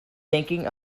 thinking